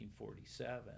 1947